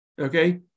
Okay